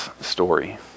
story